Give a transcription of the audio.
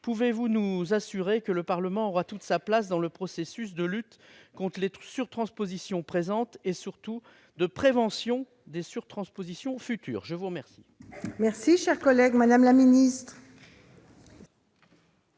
pouvez-vous nous assurer que le Parlement aura toute sa place dans le processus de lutte contre les surtranspositions présentes et, surtout, de prévention des surtranspositions futures ? La parole est à Mme la secrétaire